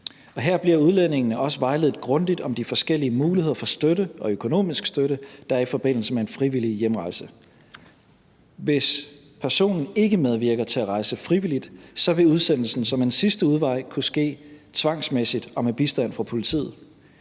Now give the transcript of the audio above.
Her bliver udlændingene også vejledt grundigt om de forskellige muligheder for støtte og økonomisk støtte, der er i forbindelse med en frivillig hjemrejse. Hvis personen ikke medvirker til at rejse frivilligt, vil udsendelsen som en sidste udvej kunne ske tvangsmæssigt og med bistand fra politiet.